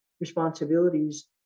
responsibilities